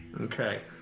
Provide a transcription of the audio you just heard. Okay